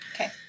Okay